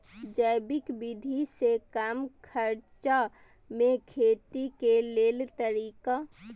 जैविक विधि से कम खर्चा में खेती के लेल तरीका?